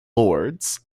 lords